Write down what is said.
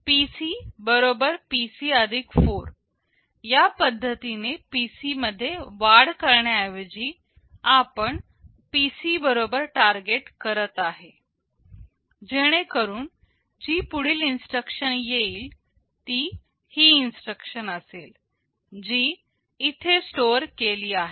PC PC 4 या पद्धतीने PC मध्ये वाढ करण्या ऐवजी आपण PC टारगेट करत आहे जेणेकरून जी पुढील इन्स्ट्रक्शन येईल ती ही इन्स्ट्रक्शन असेल जी इथे स्टोअर केली आहे